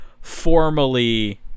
formally